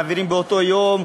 מעבירים באותו יום,